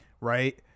Right